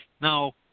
Now